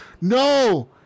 No